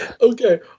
Okay